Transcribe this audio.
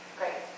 great